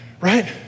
right